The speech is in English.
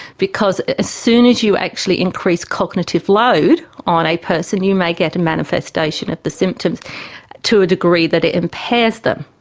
because as ah soon as you actually increase cognitive load on a person you may get a manifestation of the symptoms to a degree that it impairs them.